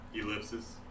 ...ellipses